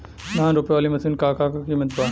धान रोपे वाली मशीन क का कीमत बा?